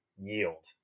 Yield